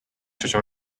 ciocią